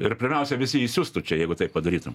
ir pirmiausia visi įsiustų čia jeigu taip padarytum